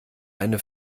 eine